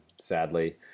sadly